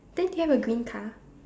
then do you have a green car